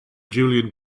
julian